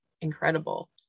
incredible